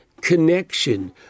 connection